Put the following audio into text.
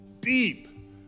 deep